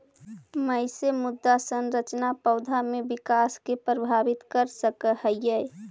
कईसे मृदा संरचना पौधा में विकास के प्रभावित कर सक हई?